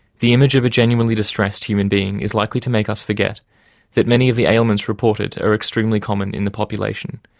the image of a genuinely distressed human being is likely to make us forget that many of the ailments reported are extremely common in the population.